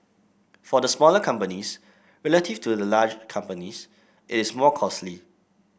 for the smaller companies relative to the large companies it is more costly